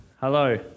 Hello